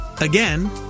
Again